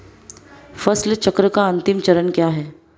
फसल चक्र का अंतिम चरण क्या है?